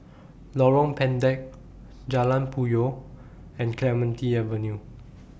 Lorong Pendek Jalan Puyoh and Clementi Avenue